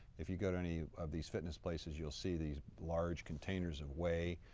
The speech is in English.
if you go to any of these fitness places you'll see these large containers of whey,